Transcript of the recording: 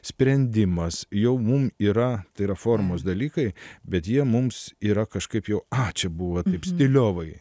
sprendimas jau mum yra tai yra formos dalykai bet jie mums yra kažkaip jau a čia buvo taip stiliovai